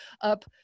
up